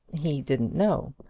he didn't know.